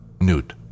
Newt